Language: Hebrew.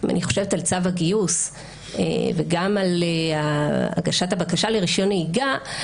אם אני חושבת על צו הגיוס וגם על הגשת הבקשה לרישיון נהיגה,